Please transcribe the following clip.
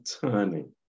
turning